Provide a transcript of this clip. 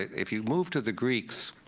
if you move to the greeks,